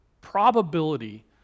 probability